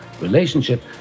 relationship